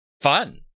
fun